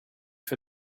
for